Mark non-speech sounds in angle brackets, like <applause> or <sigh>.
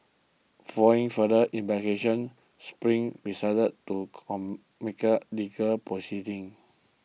following further investigations Spring decided to <unintelligible> legal proceedings